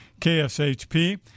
KSHP